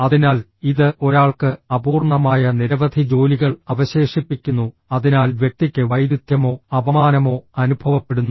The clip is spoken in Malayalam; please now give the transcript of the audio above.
അതിനാൽ ഇത് ഒരാൾക്ക് അപൂർണ്ണമായ നിരവധി ജോലികൾ അവശേഷിപ്പിക്കുന്നു അതിനാൽ വ്യക്തിക്ക് വൈരുദ്ധ്യമോ അപമാനമോ അനുഭവപ്പെടുന്നു